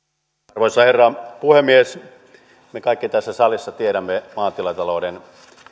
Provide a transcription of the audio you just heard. arvoisa herra puhemies me kaikki tässä salissa tiedämme maatilatalouden